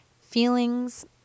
feelings